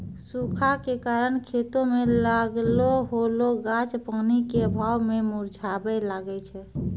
सूखा के कारण खेतो मे लागलो होलो गाछ पानी के अभाव मे मुरझाबै लागै छै